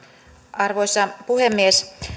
arvoisa puhemies